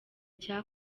cya